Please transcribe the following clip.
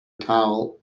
towel